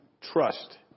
trust